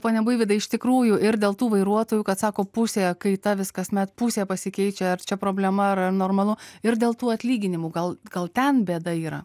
pone buivydai iš tikrųjų ir dėl tų vairuotojų kad sako pusė kaita vis kasmet pusė pasikeičia ar čia problema ar ar normalu ir dėl tų atlyginimų gal gal ten bėda yra